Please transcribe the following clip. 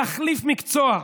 להחליף מקצוע.